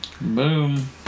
Boom